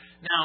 Now